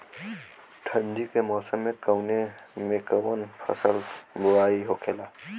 ठंडी के मौसम कवने मेंकवन फसल के बोवाई होखेला?